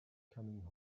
coming